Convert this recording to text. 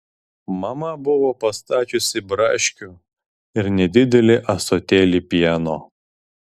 mama buvo pastačiusi braškių ir nedidelį ąsotėlį pieno